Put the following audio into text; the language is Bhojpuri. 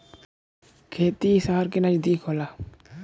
खेती सहर के नजदीक होला